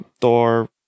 Thor